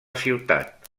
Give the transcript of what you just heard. ciutat